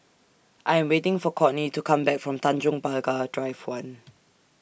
I Am waiting For Courtney to Come Back from Tanjong Pagar Drive one